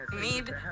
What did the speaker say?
need